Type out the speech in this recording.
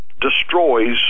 destroys